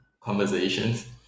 conversations